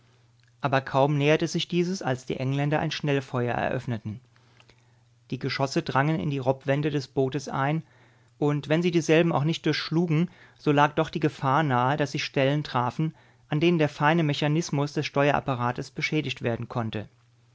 aber kaum näherte sich dieses als die engländer ein schnellfeuer eröffneten die geschosse drangen in die rob wände des bootes ein und wenn sie dieselben auch nicht durchschlugen so lag doch die gefahr nahe daß sie stellen trafen an denen der feine mechanismus des steuerapparates beschädigt werden konnte